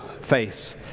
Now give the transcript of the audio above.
face